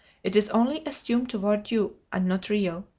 it is only assumed toward you, and not real.